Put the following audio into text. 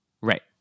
Right